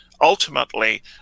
Ultimately